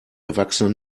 erwachsene